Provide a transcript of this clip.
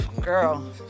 girl